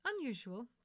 Unusual